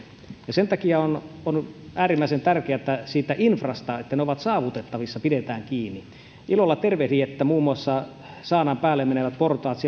sen takia on äärimmäisen tärkeää että siitä infrasta millä ne ovat saavutettavissa pidetään kiinni ilolla tervehdin että löytyi rahoitus muun muassa saanan päälle menevien portaiden